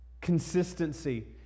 Consistency